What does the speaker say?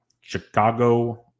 Chicago